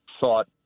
thought